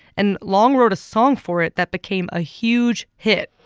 and long wrote a song for it that became a huge hit.